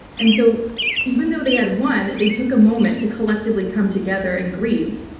and so even though they had won, they took a moment to collectively come together and grieve,